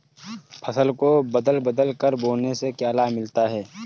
फसल को बदल बदल कर बोने से क्या लाभ मिलता है?